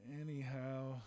Anyhow